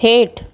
हेठि